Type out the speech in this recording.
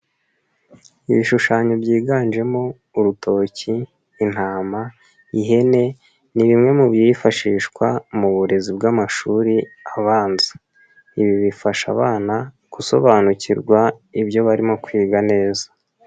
Ibishushanyo byiganjemo urutoki, intama, ihene ni bimwe mu byifashishwa mu burezi bw'amashuri abanza, ibi bifasha abana gusobanukirwa ibyo barimo kwiga neza.